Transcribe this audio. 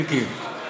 מיקי.